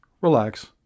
relax